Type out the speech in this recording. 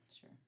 Sure